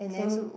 so